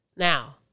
Now